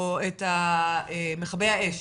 או את מכבי האש